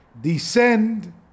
descend